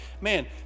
Man